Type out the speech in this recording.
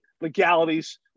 legalities